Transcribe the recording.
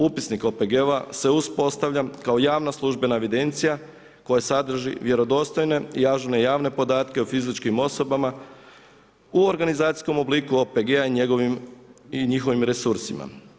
Upisnik OPG-ova se uspostavlja kao javna službena evidencije koja sadrži vjerodostojne i ažurne, javne podatke o fizičkim osobama u organizacijskom obliku OPG-a i njihovim resursima.